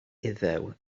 iddew